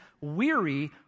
weary